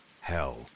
Hell